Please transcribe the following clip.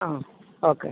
ആ ഓക്കെ